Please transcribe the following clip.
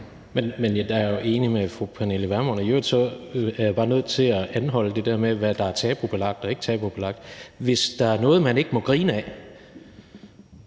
er jeg jo enig med fru Pernille Vermund, og i øvrigt er jeg bare nødt til at anholde det der med, hvad der er tabubelagt og ikke tabubelagt. Hvis der er noget, man ikke må grine ad